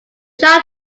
shall